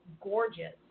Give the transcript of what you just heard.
gorgeous